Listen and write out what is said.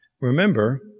remember